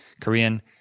Korean